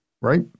right